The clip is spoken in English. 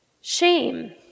Shame